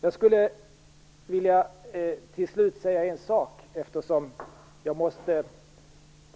Jag skall strax åka